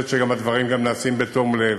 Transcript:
שהדברים גם נעשים בתום לב.